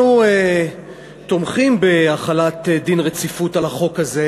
אנחנו תומכים בהחלת דין רציפות על החוק הזה,